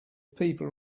people